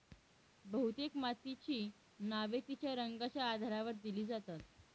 बहुतेक मातीची नावे तिच्या रंगाच्या आधारावर दिली जातात